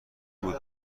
بود